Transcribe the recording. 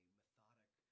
methodic